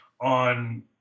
on